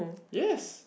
yes